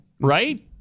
right